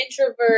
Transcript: introvert